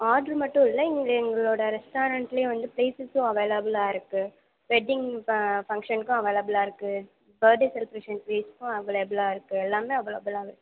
order மட்டும் இல்லை இங்கே எங்களோடய ரெஸ்டாரண்ட்லேயும் வந்து ப்ளேஸசும் அவைலபுளாக இருக்குது வெட்டிங் ப ஃபங்க்ஷனுக்கும் அவைலபுளாக இருக்குது பர்த் டே செலிப்ரேஷன்ஸுக்கும் அவைலபுளாக இருக்குது எல்லாமே அவைலபுளாகவே இருக்குது மேம்